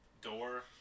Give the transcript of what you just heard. door